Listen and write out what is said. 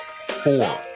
four